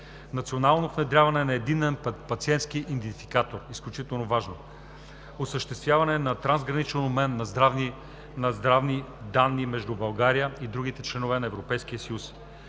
национално внедряване на единен пациентски идентификатор – изключително важно; - осъществяване на трансграничен обмен на здравни данни между България и другите членове на Европейския съюз;